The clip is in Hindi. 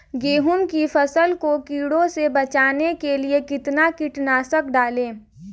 गेहूँ की फसल को कीड़ों से बचाने के लिए कितना कीटनाशक डालें?